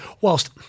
whilst